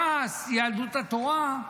ש"ס, יהדות התורה.